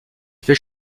fait